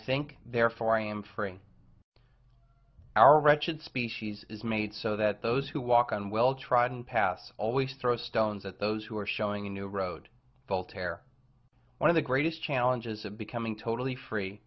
think therefore i am free our wretched species is made so that those who walk on well trodden path always throw stones at those who are showing a new road voltaire one of the greatest challenges of becoming totally free